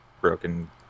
broken